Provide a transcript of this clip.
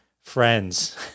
Friends